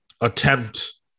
attempt